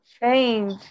change